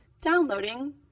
Downloading